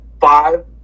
Five